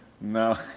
No